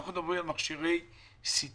אנחנו מדברים על מכשירי CT,MRI, PET-CT